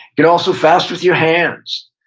could also fast with your hands.